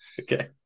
Okay